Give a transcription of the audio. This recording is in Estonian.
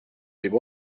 võib